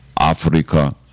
Africa